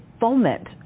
foment